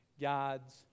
God's